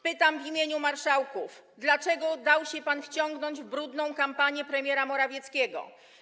Pytam w imieniu marszałków: Dlaczego dał się pan wciągnąć w brudną kampanię premiera Morawieckiego?